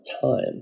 time